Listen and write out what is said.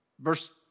verse